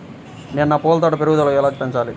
నేను నా పూల తోట పెరుగుదలను ఎలా పెంచాలి?